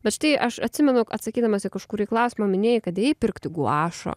bet štai aš atsimenu atsakydamas į kažkurį klausimą minėjai kad ėjai pirkti guašo